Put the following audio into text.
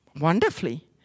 wonderfully